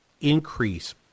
increase